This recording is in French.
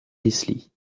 leslie